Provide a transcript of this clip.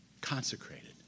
consecrated